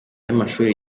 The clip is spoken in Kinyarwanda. y’amashuri